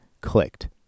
clicked